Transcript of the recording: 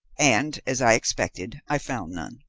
and as i expected, i found none.